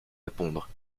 répondre